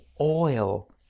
oil